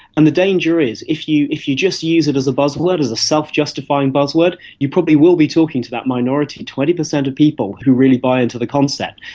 and the danger is if you if you just use it as a buzzword, as a self-justifying buzzword, you probably will be talking to that minority, twenty percent of people who really buy into the concept.